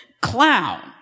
clown